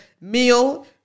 meal